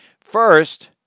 First